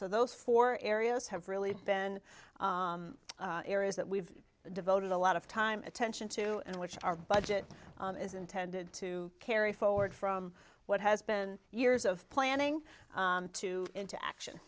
so those four areas have really been areas that we've devoted a lot of time attention to and which our budget is intended to carry forward from what has been years of planning to into action